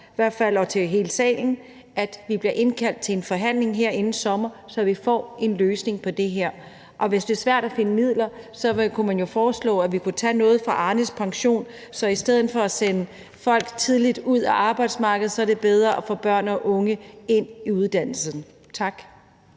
to af os – og til hele salen – nemlig at vi bliver indkaldt til en forhandling her inden sommer, så vi får en løsning på det her. Og hvis det er svært at finde midler, kunne man jo foreslå, at vi kunne tage noget fra Arnes pension, for i stedet for at sende folk tidligt ud af arbejdsmarkedet er det bedre at få børn og unge i uddannelse. Tak.